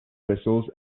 whistles